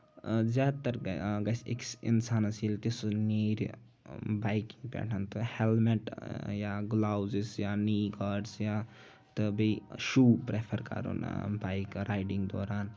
زیادٕ تر گژھِ أکِس اِنسانَس ییٚلہِ تہِ سُہ نیرِ بایکہِ پٮ۪ٹھن تہٕ ہیلمٹ یا گُلوزٕز یا نی گاڈٕس یا تہٕ بیٚیہِ شو پریفر کَرُن بایِک رایڈِنگ دوران